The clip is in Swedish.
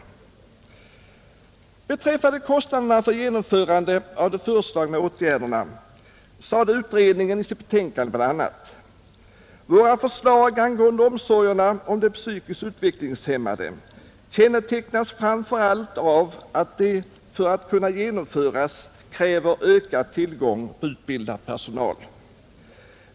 Beträffande kostnaderna för genomförandet av de föreslagna åtgärderna sade utredningen i sitt betänkande bl.a.: ”Våra förslag angående omsorgerna om de psykiskt utvecklingshämmade kännetecknas framför allt av att de för att kunna genomföras kräver ökad tillgång på utbildad personal.